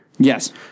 Yes